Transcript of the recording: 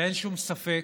ואין שום ספק